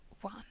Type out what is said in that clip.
one